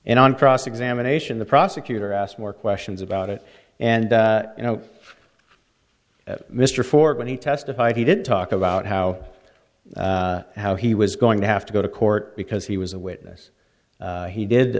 and on cross examination the prosecutor asked more questions about it and you know mr ford when he testified he did talk about how how he was going to have to go to court because he was a witness he did